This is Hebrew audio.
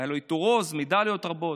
והיה לו עיטור העוז ומדליות רבות.